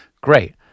great